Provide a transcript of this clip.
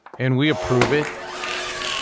and we approve it,